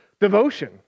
devotion